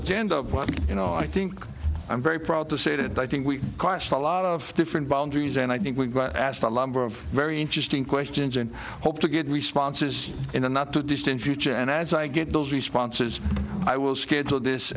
what you know i think i'm very proud to say that i think we question a lot of different boundaries and i think we've asked a lumber of very interesting questions and hope to get responses in the not too distant future and as i get those responses i will schedule this